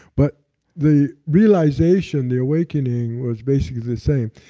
but the realization, the awakening was basically the same.